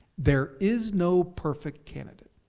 there is no perfect candidate.